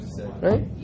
right